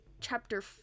chapter